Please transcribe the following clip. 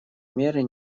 меры